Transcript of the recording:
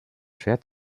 schwer